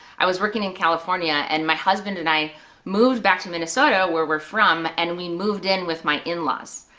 i was working in california and my husband and i moved back to minnesota where we're from and we moved in with my in-laws.